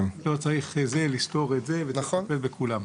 לא צריך זה לסתור את זה וצריך לטפל בכולם.